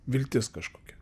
viltis kažkokia